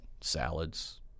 Salads